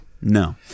No